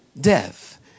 death